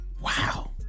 Wow